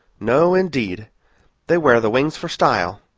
no, indeed they wear the wings for style,